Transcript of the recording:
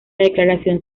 declaración